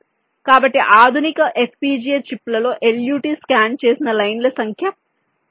కాబట్టి ఆధునిక FPGA చిప్లలో LUT స్కాన్ చేసిన లైన్ ల సంఖ్య పెరిగింది